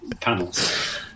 panels